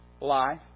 life